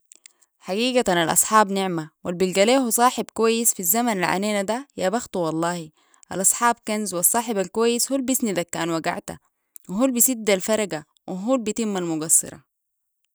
حقيقة الأصحاب نعمة والبلقاليهو صاحب كويس في الزمن العلينا ده يا يحطو والله الأصحاب كنز والصاحب الكويس هوالبسندك كأن وقعته وهوالبسد الفرقة وهو البتم المقصرة